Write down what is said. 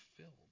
filled